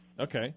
Okay